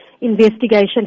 investigation